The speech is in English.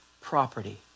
property